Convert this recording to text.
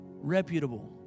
reputable